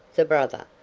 the brother,